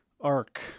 arc